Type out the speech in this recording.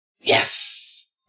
Yes